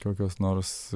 kokios nors